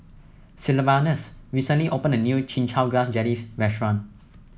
Sylvanus recently opened a new Chin Chow Grass Jelly restaurant